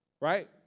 right